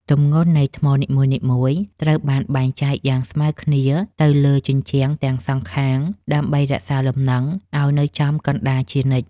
ទម្ងន់នៃថ្មនីមួយៗត្រូវបានបែងចែកយ៉ាងស្មើគ្នាទៅលើជញ្ជាំងទាំងសងខាងដើម្បីរក្សាលំនឹងឱ្យនៅចំកណ្តាលជានិច្ច។